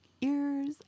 ears